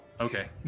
Okay